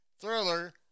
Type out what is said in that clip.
Thriller